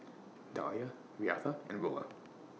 Dahlia Reatha and Willa